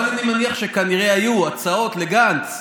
אבל אני מניח שכנראה היו הצעות לגנץ,